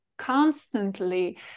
constantly